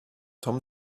tom